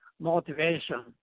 motivation